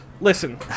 Listen